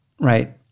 Right